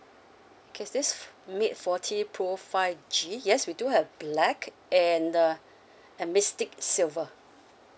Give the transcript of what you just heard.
okay this mate forty pro five G yes we do have black and uh a mystic silver